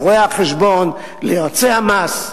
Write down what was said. לרואי-החשבון, ליועצי המס.